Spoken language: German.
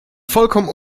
vollkommen